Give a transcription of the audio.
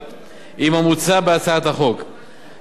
למעשה הקמת הקרן למקצועות שוחקים סיפקה מענה